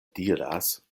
diras